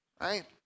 right